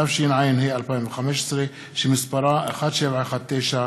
התשע"ה 2015, שמספרה פ/1719.